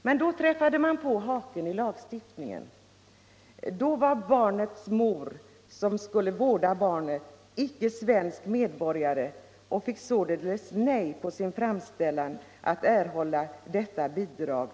Men då träffade man på haken i lagstiftningen: barnets mor, som skulle vårda barnet, var icke svensk medborgare och fick således nej på sin framställning om att erhålla vårdbidrag.